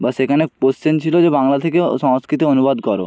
বা সেখানে কোশ্চেন ছিলো যে বাংলা থেকে সংস্কৃতে অনুবাদ করো